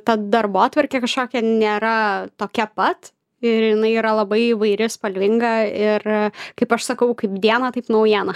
ta darbotvarkė kažkokia nėra tokia pat ir jinai yra labai įvairi spalvinga ir kaip aš sakau kaip diena taip naujiena